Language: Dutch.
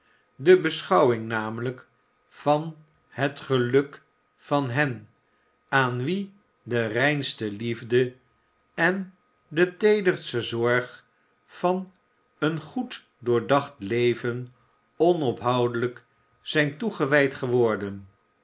de beschouwing namelijk van het geluk van hen aan wie de reinste liefde en de teederste zorg van een goec doorgebracht leven onophoudelijk zijn toegewijd geworden